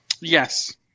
Yes